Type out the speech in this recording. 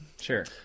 Sure